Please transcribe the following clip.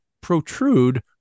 protrude